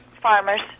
farmers